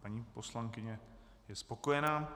Paní poslankyně je spokojená.